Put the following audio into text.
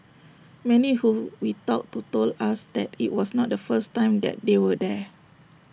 many who we talked to told us that IT was not the first time that they were there